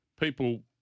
people